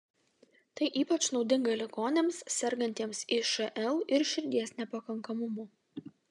tai ypač naudinga ligoniams sergantiems išl ir širdies nepakankamumu